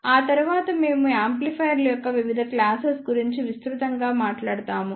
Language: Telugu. ఆ తరువాత మేము యాంప్లిఫైయర్ల యొక్క వివిధ క్లాస్సేస్ గురించి విస్తృతంగా మాట్లాడుతాము